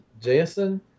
Jason